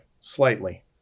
slightly